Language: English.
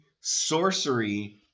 sorcery